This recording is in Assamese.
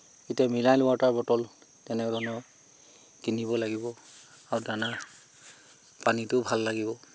এতিয়া মিনাৰেল ৱাটাৰ বটল তেনেধৰণে কিনিব লাগিব আৰু দানা পানীটোও ভাল লাগিব